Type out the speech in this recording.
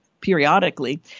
periodically